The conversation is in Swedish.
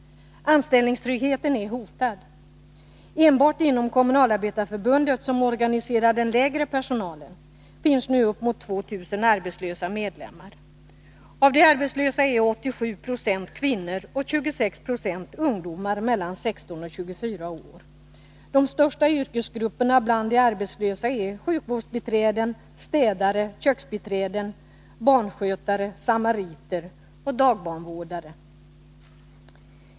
Anställningstryggheten är hotad. Enbart inom Kommunalarbetareförbundet — som organiserar den lägre personalen — finns nu upp emot 2 000 arbetslösa medlemmar. Av de arbetslösa är 87 90 kvinnor och 26 90 ungdomar mellan 16 och 24 år. De största yrkesgrupperna bland de arbetslösa är sjukvårdsbiträden, städare, köksbiträden, barnskötare, samariter och dagbarnvårdare.